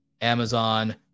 Amazon